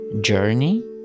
journey